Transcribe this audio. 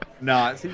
No